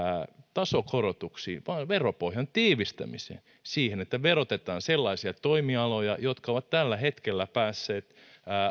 tasokorotuksiin vaan veropohjan tiivistämiseen siihen että verotetaan sellaisia toimialoja jotka ovat tällä hetkellä päässeet